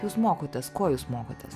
jūs mokotės ko jūs mokotės